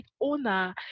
owner